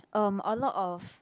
um a lot of